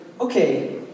okay